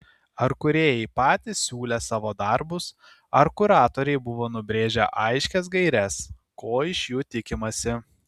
ar kūrėjai patys siūlė savo darbus ar kuratoriai buvo nubrėžę aiškias gaires ko iš jų tikimasi